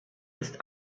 ist